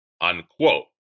Unquote